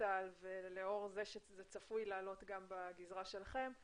ולאור זה שזה צפוי לעלות גם בגזרה שלכם,